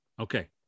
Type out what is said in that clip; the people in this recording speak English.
Okay